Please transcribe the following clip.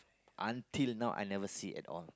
until now I never see at all